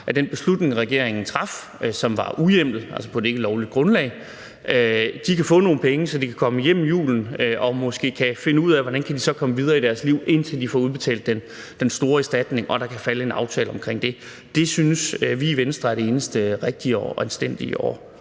af den beslutning, regeringen traf, og som var uhjemlet, altså blev truffet på et ikkelovligt grundlag, kan få nogle penge, så de kan komme hjem i julen og måske finde ud af, hvordan de så kan komme videre i deres liv, indtil de får udbetalt den store erstatning og der kan komme en aftale om det. Det synes vi i Venstre er det eneste rigtige og anstændige at